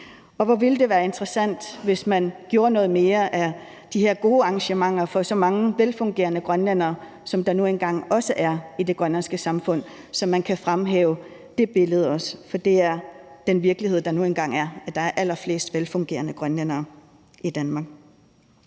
Hvor ville det være interessant, hvis man lavede nogle flere af de her gode arrangementer for så mange velfungerende grønlændere, som der nu engang også er i det grønlandske samfund, så man også kan fremhæve det billede. For det er den virkelighed, der nu engang er, altså at der er flest velfungerende grønlændere i Danmark.